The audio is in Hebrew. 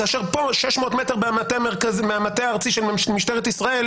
כאשר פה 600 מטר מהמטה הארצי של משטרת ישראל